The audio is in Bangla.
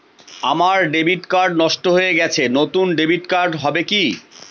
আমার ডেবিট কার্ড নষ্ট হয়ে গেছে নূতন ডেবিট কার্ড হবে কি?